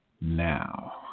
now